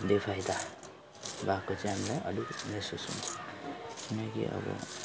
बेफाइदा भएको चाहिँ हामीलाई अलिक महसुस हुन्छ किनकि अब